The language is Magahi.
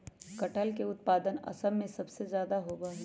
कटहल के उत्पादन असम में सबसे ज्यादा होबा हई